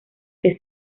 que